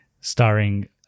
starring-